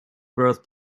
growth